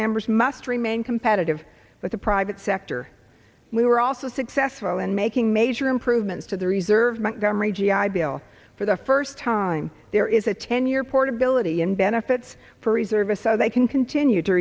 members must remain competitive with the private sector we were also successful in making major improvements to the reserve bank governor a g i bill for the first time there is a ten year portability in benefits for reservist so they can continue to